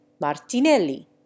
Martinelli